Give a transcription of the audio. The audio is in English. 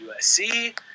USC